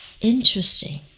Interesting